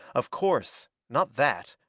of course not that!